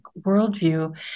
worldview